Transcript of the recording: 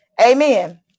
Amen